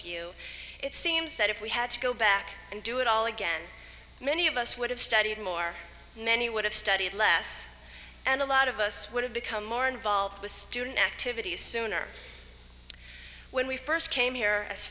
you it seems that if we had to go back and do it all again many of us would have studied more and many would have studied less and a lot of us would have become more involved with student activities sooner when we first came here as